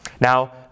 Now